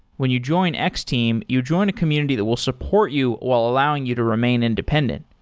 when you join x-team, you join a community that will support you while allowing you to remain independent,